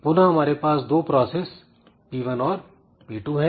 पुनः हमारे पास दो प्रोसेस P1 और P2 हैं